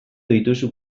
dituzu